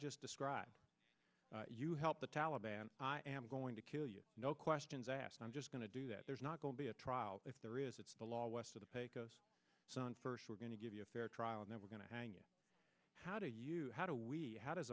just described you help the taliban i am going to kill you no questions asked i'm just going to do that there's not going to be a trial if there is it's the law west of the pecos son first we're going to give you a fair trial and then we're going to hang you how do you how do we how does